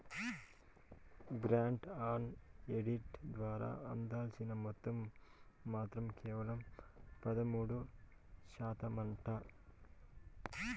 grant in aid ద్వారా అందాల్సిన మొత్తం మాత్రం కేవలం పదమూడు శాతమేనంట